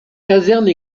caserne